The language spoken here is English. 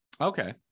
okay